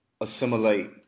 assimilate